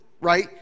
right